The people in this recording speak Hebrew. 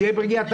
שתהיה בריאה,